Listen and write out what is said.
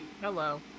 Hello